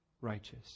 righteous